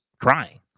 crying